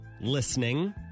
listening